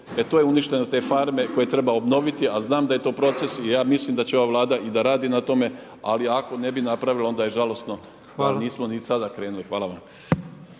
tu je uništeno te farme, koje treba obnoviti, a zanm da je to proces i ja mislim da će ova vlada i da radi na tome, ali ako ne bi napravila, onda je žalosno da nismo